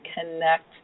Connect